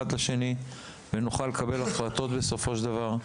לשני ונוכל לקבל החלטות בסופו של דבר?